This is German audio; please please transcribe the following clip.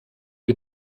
wir